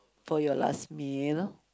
for your last meal